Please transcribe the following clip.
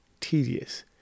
tedious